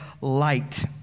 light